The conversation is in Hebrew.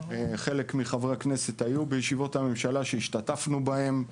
חלק מחברי הכנסת היו בישיבות הממשלה שהשתתפנו בהן,